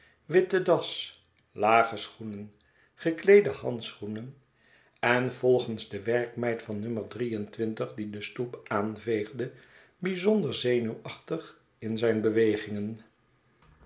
witte das lage schoenen gekleede handschoenen en volgens de werkmeid van no die de stoep aanveegde bijzonder zenuwachtig in zijn bewegingen